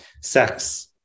sex